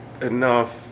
enough